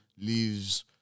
leaves